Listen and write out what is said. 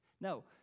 No